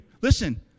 Listen